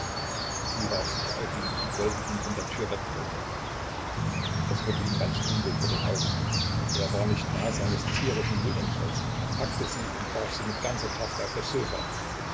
sie warf sich auf ihn und wollte ihn von der tür wegdrängen es wurde ihm ganz dunkel vor den augen er war nicht mehr herr seines tierischen wutanfalls er packte sie und warf sie mit ganzer kraft auf das sofa